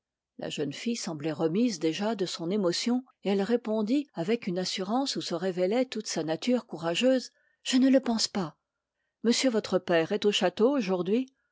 la jeune fille semblait remise déjà de son émotion et elle répondit avec une assurance où se révélait toute sa nature courageuse je ne le pense pas monsieur votre père est au château aujourd'hui